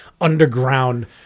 underground